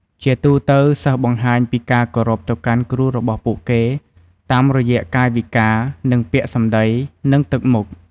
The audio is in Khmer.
ជាទូទៅ សិស្សបង្ហាញពីការគោរពទៅកាន់គ្រូរបស់ពួកគេតាមរយៈកាយវិការ និងពាក្យសម្ដី និងទឹកមុខ។